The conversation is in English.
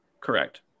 Correct